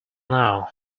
now